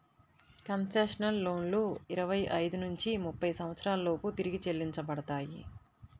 concessional లోన్లు ఇరవై ఐదు నుంచి ముప్పై సంవత్సరాల లోపు తిరిగి చెల్లించబడతాయి